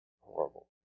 Horrible